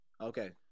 Okay